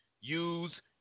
use